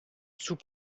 sous